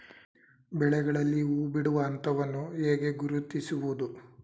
ಬೆಳೆಗಳಲ್ಲಿ ಹೂಬಿಡುವ ಹಂತವನ್ನು ಹೇಗೆ ಗುರುತಿಸುವುದು?